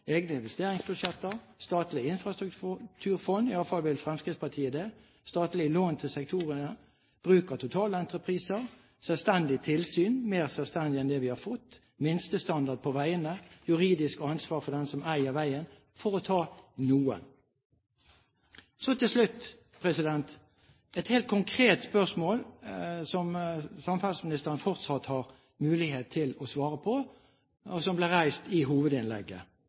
egne investeringsbudsjetter, statlig infrastrukturfond, iallfall vil Fremskrittspartiet det, statlige lån til sektorene, bruk av totalentrepriser, selvstendig tilsyn – mer selvstendig enn det vi har fått – minstestandard på veiene, juridisk ansvar for den som eier veien, for å ta noe. Så til slutt til et helt konkret spørsmål som samferdselsministeren fortsatt har mulighet til å svare på – og som ble reist i hovedinnlegget.